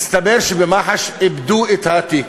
הסתבר שבמח"ש איבדו את התיק.